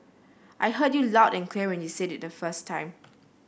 I heard you loud and clear when you said it the first time